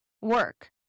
work